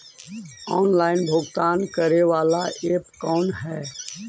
Online भुगतान करे बाला ऐप कौन है?